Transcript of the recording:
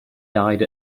died